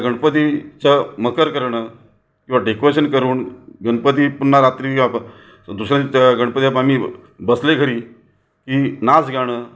गणपतीचं मखर करणं किंवा डेकोरशन करून गणपती पुन्हा रात्री आप दुसऱ्यांच्या गणपती बसले घरी की नाचगाणं